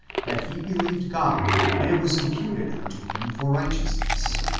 that he believed god, and it was imputed unto him for righteousness.